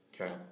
Okay